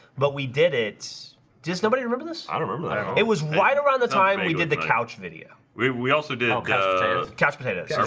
but we did it does nobody remember this i remember it was right around the time we did the couch video. we we also do couch potatoes